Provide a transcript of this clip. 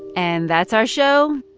and that's our show